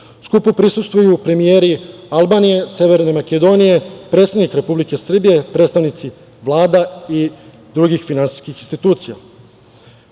Skupu prisustvuju premijeri Albanije, Severne Makedonije, predsednik Republike Srbije, predstavnici Vlada i drugih finansijskih institucija. Na